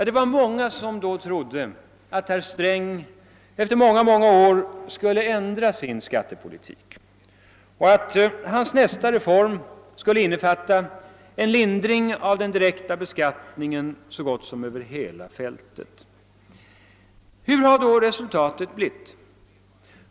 Det var många som då trodde att herr Sträng efter många, många år skulle ändra sin skattepolitik och att hans nästa reform skulle innefatta en lindring av den direkta beskattningen över så gott som hela fältet. Vilket har då resultatet blivit?